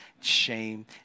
shame